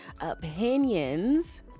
opinions